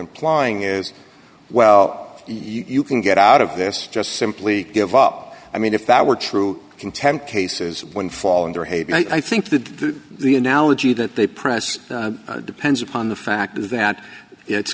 implying is well you can get out of this just simply give up i mean if that were true contempt cases when fall in their haven i think the the analogy that they press depends upon the fact is that it's